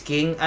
King